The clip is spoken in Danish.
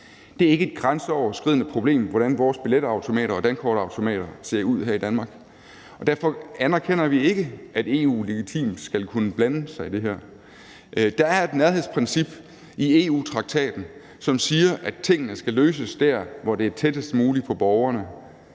Det er ikke et grænseoverskridende problem, hvordan vores billetautomater og dankortterminaler ser ud her i Danmark, og derfor anerkender vi ikke, at EU legitimt skal kunne blande sig i det her. Der er et nærhedsprincip i EU-traktaten, som siger, at tingene skal løses dér, hvor det er tættest muligt på borgerne,